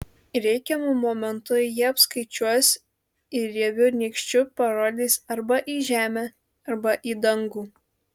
reikiamu momentu jie apskaičiuos ir riebiu nykščiu parodys arba į žemę arba į dangų